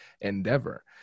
endeavor